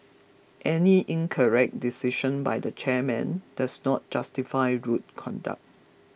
any incorrect decision by the chairman does not justify rude conduct